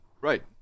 right